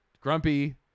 grumpy